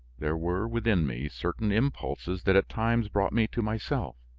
there were within me certain impulses that at times brought me to myself.